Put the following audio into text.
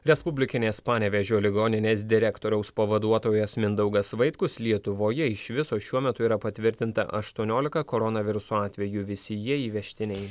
respublikinės panevėžio ligoninės direktoriaus pavaduotojas mindaugas vaitkus lietuvoje iš viso šiuo metu yra patvirtinta aštuoniolika koronaviruso atvejų visi jie įvežtiniai